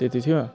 त्यति थियो